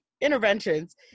interventions